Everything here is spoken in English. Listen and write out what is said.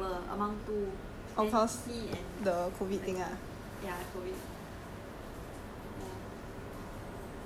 heng is I I we split table among two then he and ya COVID